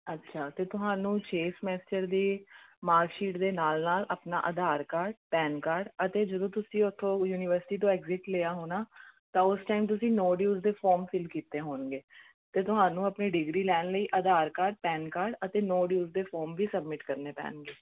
ਅੱਛਾ ਤੇ ਤੁਹਾਨੂੰ ਛੇ ਸਮੈਸਟਰ ਦੀ ਮਾਰਸ਼ੀਟ ਦੇ ਨਾਲ ਨਾਲ ਆਪਣਾ ਆਧਾਰ ਕਾਰਡ ਪੈਨ ਕਾਰਡ ਅਤੇ ਜਦੋਂ ਤੁਸੀਂ ਉੱਥੋਂ ਯੂਨੀਵਰਸਿਟੀ ਤੋਂ ਐਗਜਿਟ ਲਿਆ ਹੋਣਾ ਤਾਂ ਉਸ ਟਾਈਮ ਤੁਸੀਂ ਨੋ ਡਿਊਸ ਦੇ ਫੋਰਮ ਫਿਲ ਕੀਤੇ ਹੋਣਗੇ ਅਤੇ ਤੁਹਾਨੂੰ ਆਪਣੀ ਡਿਗਰੀ ਲੈਣ ਲਈ ਆਧਾਰ ਕਾਰਡ ਪੈਨ ਕਾਰਡ ਅਤੇ ਨੋ ਡਿਊਸ ਦੇ ਫੋਰਮ ਵੀ ਸਬਮਿਟ ਕਰਨੇ ਪੈਣਗੇ